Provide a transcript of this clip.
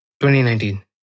2019